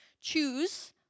Choose